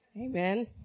Amen